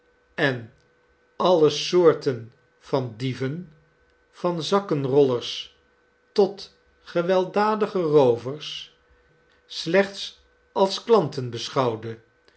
en alle soorten van dieven van zakkerollers tot gewelddadige roovers slechts als klanten beschouwde